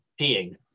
peeing